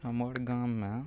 हमर गाममे